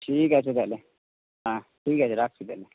ঠিক আছে তাহলে হ্যাঁ ঠিক আছে রাখছি তাহলে